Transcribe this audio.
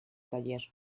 taller